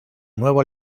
nuevo